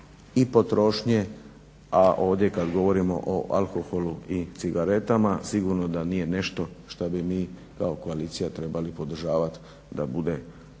i potrošnje, a ovdje kada govorimo o alkoholu i cigaretama sigurno da nije nešto što bi mi kao koalicija trebali podržavati da bude